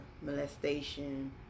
molestation